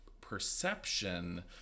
perception